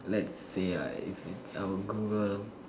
let's say I I'll Google